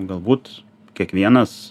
galbūt kiekvienas